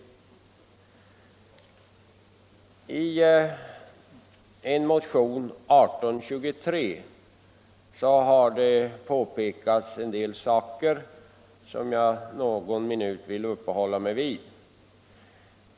16 april 1975 I centermotionen 1823 har påpekats en del saker, som jag någon minut vill uppehålla mig vid.